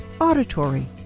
auditory